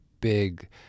big